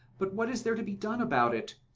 but what is there to be done about it?